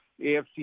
AFC